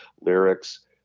lyrics